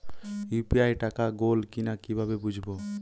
UPI টাকা গোল কিনা কিভাবে বুঝব?